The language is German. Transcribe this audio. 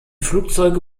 flugzeuge